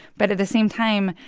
but at the same time,